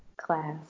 class